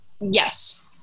Yes